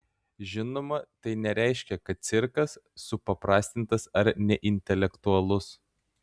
žinoma tai nereiškia kad cirkas supaprastintas ar neintelektualus